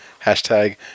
Hashtag